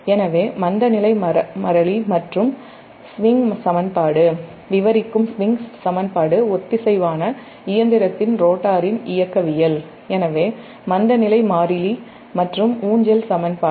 எனவே மந்தநிலை மாறிலி மற்றும் ஸ்விங் சமன்பாடு ஒத்திசைவான இயந்திரத்தின் ரோட்டரின் இயக்கவியல் எனவே மந்தநிலை மாறிலி மற்றும் ஸ்விங் சமன்பாடு